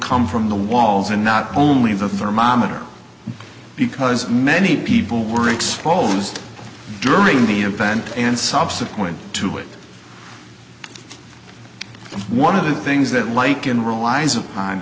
come from the walls and not only the thermometer because many people were exposed during the infant and subsequent to it one of the things that like an realize of time